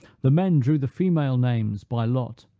the men drew the female names by lot,